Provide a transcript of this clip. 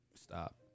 Stop